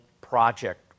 project